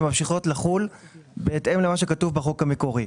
הן ממשיכות לחול בהתאם למה שכתוב בחוק המקורי.